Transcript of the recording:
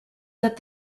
that